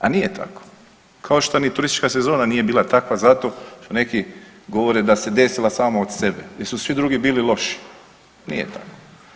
A nije tako, kao što ni turistička sezona nije bila takva zato što neki govore da se desila sama od sebe jer su svi drugi bili loši, nije tako.